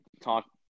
talk